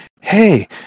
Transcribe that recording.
hey